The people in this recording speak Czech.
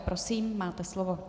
Prosím, máte slovo.